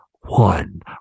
one